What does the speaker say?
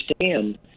understand